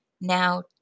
Now